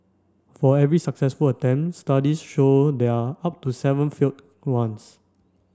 for every successful attempt studies show there are up to seven failed ones